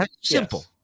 Simple